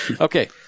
Okay